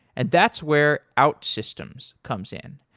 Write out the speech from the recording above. and that's where outsystems comes in.